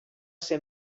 ser